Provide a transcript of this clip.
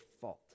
fault